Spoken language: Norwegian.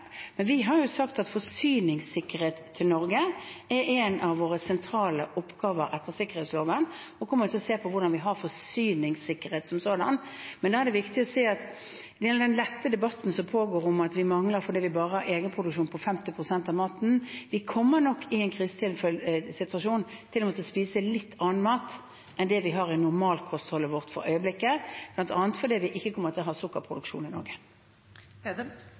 Vi har sagt at forsyningssikkerheten til Norge er en av våre sentrale oppgaver etter sikkerhetsloven, og vi kommer til å se på vår forsyningssikkerhet som sådan. Men da er det viktig å se, når det gjelder den lette debatten som pågår om at vi mangler mat fordi vi bare har en egenproduksjon på 50 pst., at vi i en krisesituasjon nok kommer til å spise litt annen mat enn det vi har i normalkostholdet vårt for øyeblikket, bl.a. fordi vi ikke kommer til å ha sukkerproduksjon i Norge.